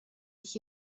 sich